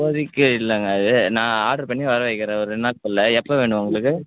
இப்போதைக்கு இல்லங்க அது நான் ஆட்ரு பண்ணி வர வைக்கிறேன் ஒரு ரெண்டு நாளுக்குள்ள எப்போ வேணும் உங்களுக்கு